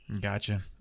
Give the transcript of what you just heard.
Gotcha